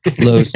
Low